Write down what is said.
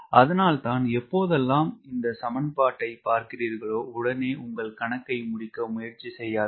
அதனால் தான் எப்போதெல்லாம் நீங்கள் இந்த சமன்பாடை பார்க்கிறீர்களோ உடனே உங்கள் கணக்கை முடிக்க முயற்சி செய்யாதீர்கள்